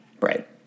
right